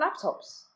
laptops